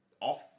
off